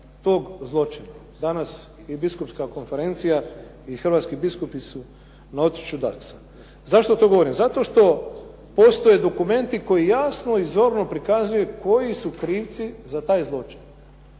tog zločina. Danas i biskupska konferencija i hrvatski biskupi su na otočiću Daksa. Zašto to govorim? Zato što postoje dokumenti koji jasno i zorno prikazuju koji su krivci za taj zločin